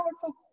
powerful